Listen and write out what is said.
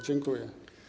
Dziękuję.